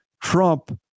Trump